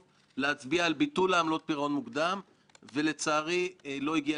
אף אחד לא מחפש להתנגח בכוונה בבנקים נשמע את דעתם,